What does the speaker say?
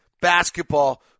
basketball